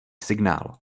signál